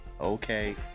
Okay